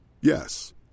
Yes